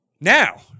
Now